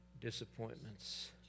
disappointments